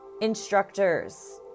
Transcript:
instructors